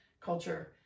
culture